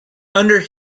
under